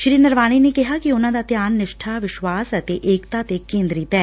general Naravane ਨੇ ਕਿਹਾ ਕਿ ਉਨੂਾ ਦਾ ਧਿਆਨ ਨਿਸ਼ਠਾ ਵਿਸਵਾਸ਼ ਅਤੇ ਏਕਤਾ ਤੇ ਕੇਂਦਰਿਤ ਐ